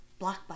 Blockbuster